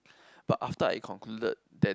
but after I concluded that